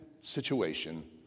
situation